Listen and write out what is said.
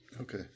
Okay